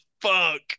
fuck